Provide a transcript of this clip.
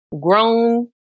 grown